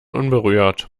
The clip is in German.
unberührt